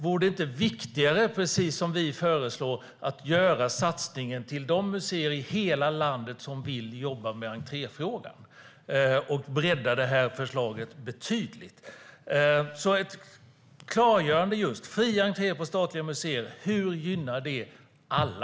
Vore det inte viktigare att precis som vi föreslår göra satsningen på de museer i hela landet som vill jobba med entréfrågan, och bredda det här förslaget betydligt? Jag vill alltså ha ett klargörande av hur fri entré på statliga museer gynnar alla.